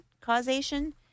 Causation